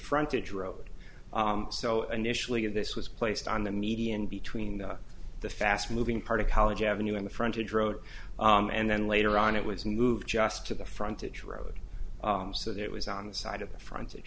frontage road so initially this was placed on the median between the fast moving part of college avenue and the frontage road and then later on it was moved just to the frontage road so that it was on the side of the front